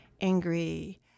angry